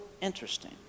interesting